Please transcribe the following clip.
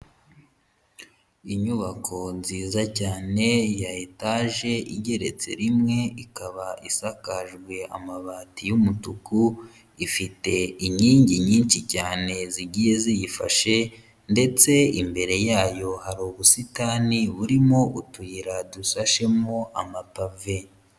Inyubako nziza cyane ya etage igeretse rimwe, ikaba isakajwe amabati y'umutuku, ifite inkingi nyinshi cyane zigiye ziyifashe ndetse imbere yayo hari ubusitani burimo utuyira dushashemo amapave.